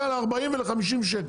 יאללה 40 ו-50 שקל.